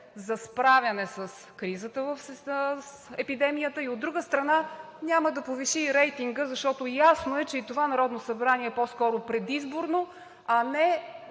за справяне с кризата от епидемията и, от друга страна, няма да повиши рейтинга, защото е ясно, че това Народно събрание е по-скоро предизборно, а не